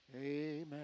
Amen